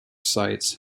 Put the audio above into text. sites